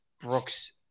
Brooks